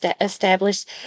established